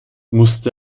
musste